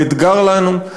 הוא אתגר לנו.